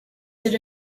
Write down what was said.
sit